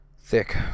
Thick